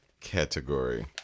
category